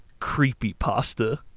Creepypasta